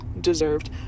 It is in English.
deserved